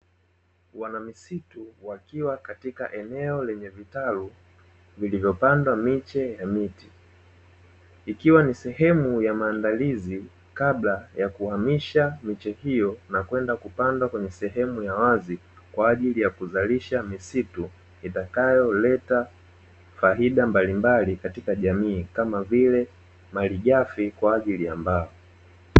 Wanamisitu wakiwa katika eneo lenye vitalu, vilivyopandwa miche ya miti ikiwa ni sehemu ya maandalizi kabla ya kuhamisha miche hiyo, na kwenda kupanda kwenye sehemu ya wazi kwa ajili ya kuzalisha misitu itakayoleta faida mbalimbali katika jamii kama vile malighafi kwa ajili ya mbao.